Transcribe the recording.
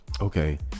okay